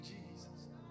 Jesus